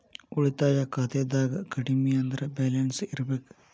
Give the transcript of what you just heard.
ಉಳಿತಾಯ ಖಾತೆದಾಗ ಕಡಮಿ ಅಂದ್ರ ಬ್ಯಾಲೆನ್ಸ್ ಇರ್ಬೆಕ್